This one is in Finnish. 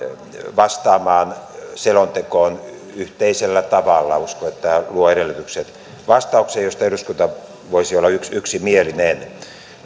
vastaamaan selontekoon yhteisellä tavalla uskon että tämä luo edellytykset vastaukseen josta eduskunta voisi olla yksimielinen